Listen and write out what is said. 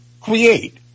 Create